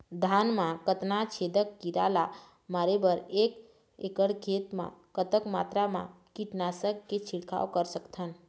धान मा कतना छेदक कीरा ला मारे बर एक एकड़ खेत मा कतक मात्रा मा कीट नासक के छिड़काव कर सकथन?